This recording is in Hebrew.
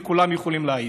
וכולם יכולים להעיד.